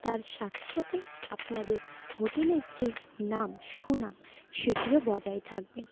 তার সাথে সাথে আপনাদের হোটেলের যে নাম সুনাম সেটিও বজায় থাকবে